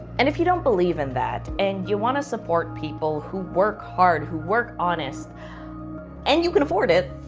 and if you don't believe in that and you want to support people who work hard, who work honest and you can afford it,